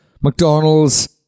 McDonald's